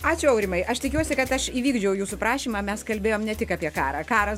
ačiū aurimai aš tikiuosi kad aš įvykdžiau jūsų prašymą mes kalbėjom ne tik apie karą karas